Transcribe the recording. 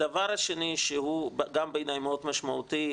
הדבר השני שהוא גם בעיניי מאוד משמעותי,